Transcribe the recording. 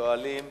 שואלים